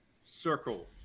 Circle